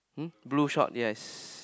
um blue short yes